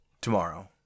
tomorrow